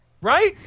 Right